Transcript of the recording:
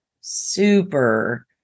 super